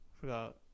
forgot